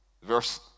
Verse